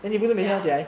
ya